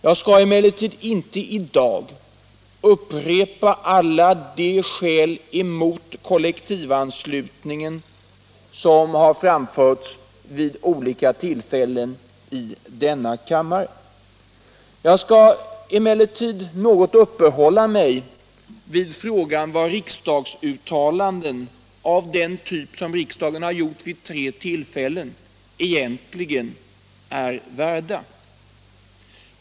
Jag skall inte i dag upprepa alla de skäl mot kollektivanslutning som har framförts vid olika tillfällen i denna kammare. Jag skall dock något uppehålla mig vid frågan om vad riksdagsuttalanden av den typ som riksdagen har gjort vid tre tillfällen egentligen är värda.